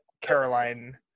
Caroline